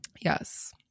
Yes